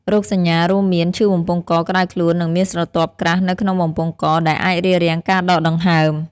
រោគសញ្ញារួមមាន ឈឺបំពង់ក ក្តៅខ្លួន និងមានស្រទាប់ក្រាស់នៅក្នុងបំពង់ក ដែលអាចរារាំងការដកដង្ហើម។